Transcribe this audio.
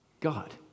God